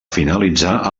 finalitzar